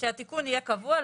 שהתיקון יהיה קבוע.